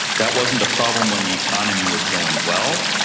that wasn't a problem when the economy was going well,